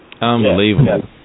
unbelievable